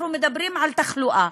אנחנו מדברים על תחלואה,